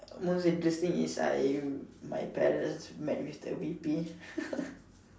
most interesting is I my parents met with the V_P